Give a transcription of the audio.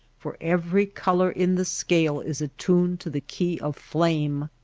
for every color in the scale is attuned to the key of flame,